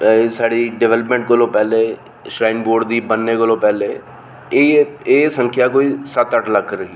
एह् साढ़ी डिवैल्पमैंट कोला पैहलें श्रराइन बोर्ड दे बनने कोला पैहलें एह् सख्यां कोई सत्त अट्ठ लक्ख धोड़ी ही